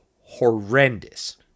horrendous